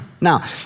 Now